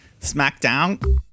smackdown